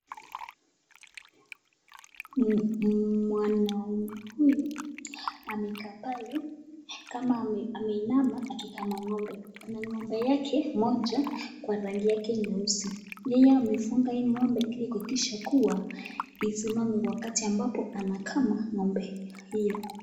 Mwanaume huyu amekaa pale kama ameinama akiangalia ngombe, ngombe yake moja kwa rangi nyeusi, yeye amefunga hili ngombe ili kuhakikisha kuwa isimame wakati ambapo anakama ngombe hiyo.